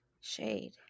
Shade